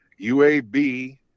UAB